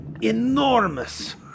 enormous